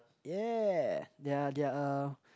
yeah they're they're uh